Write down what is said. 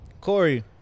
Corey